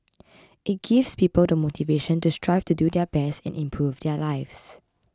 it gives people the motivation to strive to do their best and improve their lives